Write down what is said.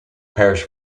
parish